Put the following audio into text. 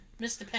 Mr